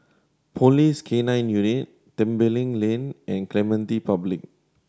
Police K Nine Unit Tembeling Lane and Clementi Public